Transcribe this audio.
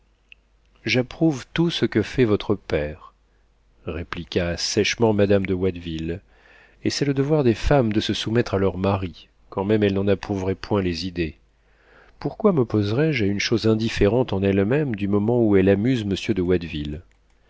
j'approuve tout ce que fait votre père répliqua sèchement madame de watteville et c'est le devoir des femmes de se soumettre à leurs maris quand même elles n'en approuveraient point les idées pourquoi mopposerais je à une chose indifférente en elle-même du moment où elle amuse monsieur de